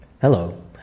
Hello